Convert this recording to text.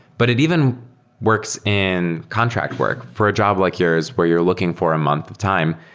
but it even works in contract work. for a job like yours, where you're looking for a month time,